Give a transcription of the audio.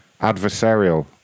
adversarial